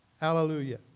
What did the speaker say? Hallelujah